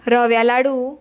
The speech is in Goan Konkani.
रव्या लाडू